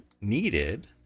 needed